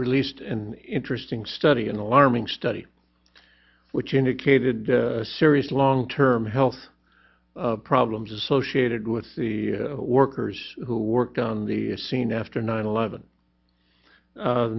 released in interesting study an alarming study which indicated serious long term health problems associated with the workers who worked on the scene after nine eleven